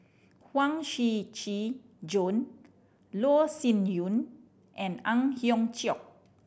Huang Shiqi Joan Loh Sin Yun and Ang Hiong Chiok